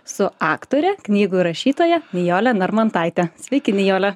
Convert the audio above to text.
su aktore knygų rašytoja nijole narmontaite sveiki nijole